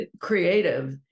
creative